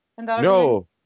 no